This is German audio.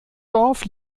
dorf